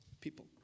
people